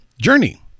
Journey